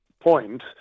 point